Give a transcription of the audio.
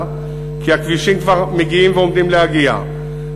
כי הכבישים כבר מגיעים ועומדים להגיע.